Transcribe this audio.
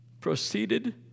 proceeded